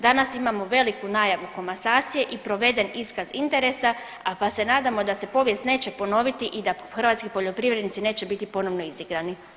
Danas imamo veliku najavu komasacije i proveden iskaz interesa, pa se nadamo da se povijest neće ponoviti i da hrvatski poljoprivrednici neće biti ponovno izigrani.